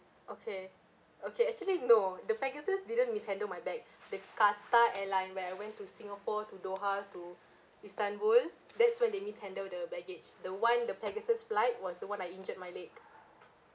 okay okay actually no the pegasus didn't mishandle my bag the qatar airline where I went to singapore to doha to istanbul that's when they mishandled the baggage the one the pegasus flight was the one I injured my leg